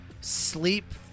sleep